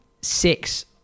six